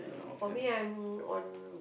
for me I'm on